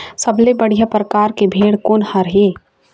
सबले बढ़िया परकार के भेड़ कोन हर ये?